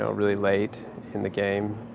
ah really late in the game.